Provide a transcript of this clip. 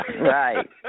Right